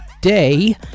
Day